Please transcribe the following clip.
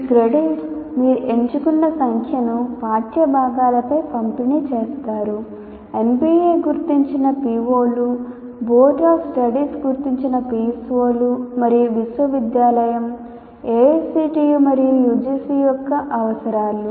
ఈ క్రెడిట్స్ మీరు ఎంచుకున్న సంఖ్యను పాఠ్య భాగాలపై పంపిణీ చేస్తారు NBA గుర్తించిన PO లు బోర్డ్ ఆఫ్ స్టడీస్ గుర్తించిన PSO లు మరియు విశ్వవిద్యాలయం AICTE మరియు UGC యొక్క అవసరాలు